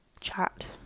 chat